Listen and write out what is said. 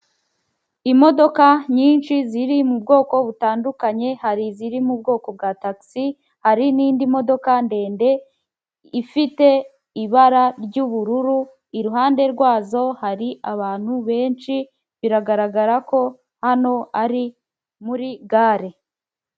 Imodoka nyinshi ziri mu bwoko butandukanye hari iziri mu bwoko bwa tagisi hari n'indi modoka ndende ifite ibara ry'ubururu, iruhande rwazo hari abantu benshi biragaragara ko hano ari muri gare.